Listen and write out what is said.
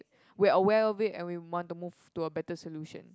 we are aware of it and we want to move to a better solution